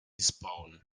respawn